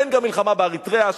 ואין מלחמה גם באריתריאה.